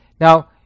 Now